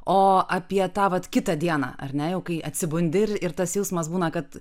o apie tą vat kitą dieną ar ne jau kai atsibundi ir ir tas jausmas būna kad